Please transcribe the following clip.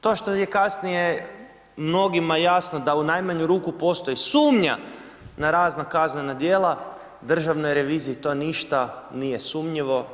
To što je kasnije mnogima jasno da u najmanju ruku postoji sumnja na razna kaznena djela, državnoj reviziji to ništa nije sumnjivo.